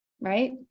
right